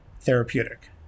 therapeutic